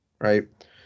right